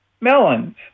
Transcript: melons